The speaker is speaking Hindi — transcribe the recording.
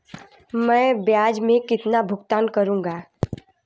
मैं ब्याज में कितना भुगतान करूंगा?